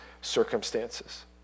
circumstances